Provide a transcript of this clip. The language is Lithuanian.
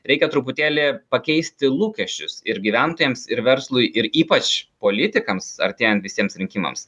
reikia truputėlį pakeisti lūkesčius ir gyventojams ir verslui ir ypač politikams artėjant visiems rinkimams